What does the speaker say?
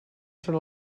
són